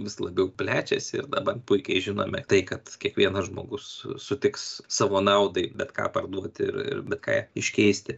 vis labiau plečiasi ir dabar puikiai žinome tai kad kiekvienas žmogus su sutiks savo naudai bet ką parduoti ir ir bet ką iškeisti